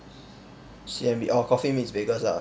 C_M_B orh coffee meets bagels lah